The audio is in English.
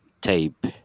tape